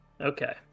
Okay